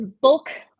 bulk –